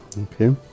Okay